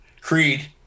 Creed